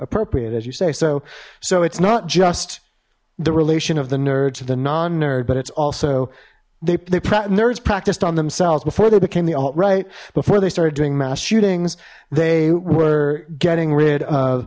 appropriate as you say so so it's not just the relation of the nerds to the non nerd but it's also they prat nerds practiced on themselves before they became the alt right before they started doing mass shootings they were getting rid of